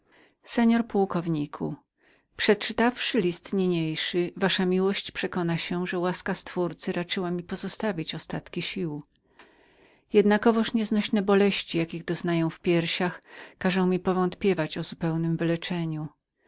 słowach przeczytawszy niniejsze miłość wasza przekona się że łaska stwórcy raczyła mi pozostawić ostatki sił jednakowoż nieznośne boleści jakich doznaję w piersiach każą mi powątpiewać o zupełnem wyleczeniu